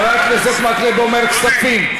חבר הכנסת מקלב אומר כספים.